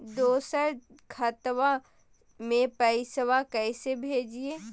दोसर खतबा में पैसबा कैसे भेजिए?